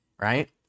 right